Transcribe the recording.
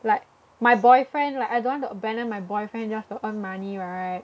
like my boyfriend like I don't want to abandon my boyfriend just to earn money right